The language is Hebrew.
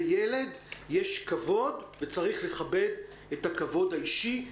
ילד יש כבוד וצריך לכבד את הכבוד האישי,